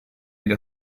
gli